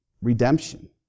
Redemption